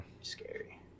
Scary